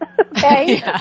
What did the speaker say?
okay